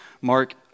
Mark